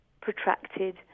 protracted